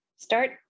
Start